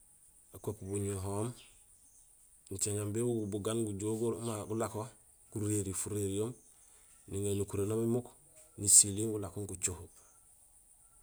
Ēkook buñuhoom nicaméén caméén béwoguul bugaan gujool gumabé, gulako guréri furirihoom, niŋaar énukurénoom imuuk, nisiliil gulako gucoho